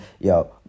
Yo